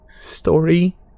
Story